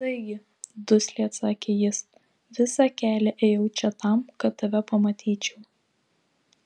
taigi dusliai atsakė jis visą kelią ėjau čia tam kad tave pamatyčiau